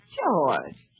George